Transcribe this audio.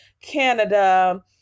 Canada